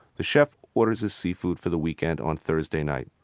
the chef orders his seafood for the weekend on thursday night.